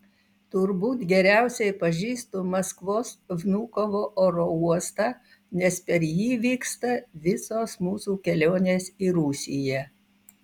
turbūt geriausiai pažįstu maskvos vnukovo oro uostą nes per jį vyksta visos mūsų kelionės į rusiją